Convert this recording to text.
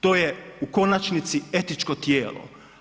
To je u konačnici etičko tijelo.